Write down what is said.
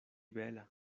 bela